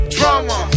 Drama